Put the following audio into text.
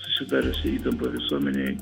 susidariusi įtampa visuomenėje